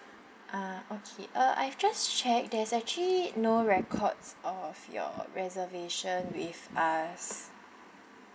ah okay uh I've just checked there's actually no records of your reservation with us